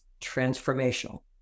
transformational